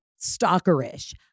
stalkerish